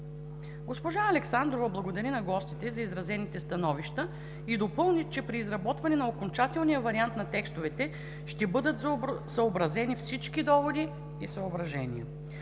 Госпожа Александрова благодари на гостите за изразените становища и допълни, че при изработване на окончателния вариант на текстовете ще бъдат съобразени всички доводи и съображения.